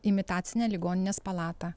imitacinę ligoninės palatą